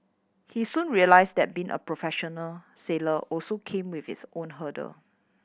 he soon realised that being a professional sailor also came with its own hurdle